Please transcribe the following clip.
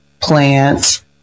plants